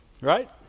Right